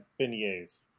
beignets